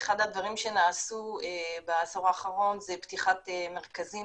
אחד הדברים שנעשו בעשור האחרון זה פתיחת מרכזים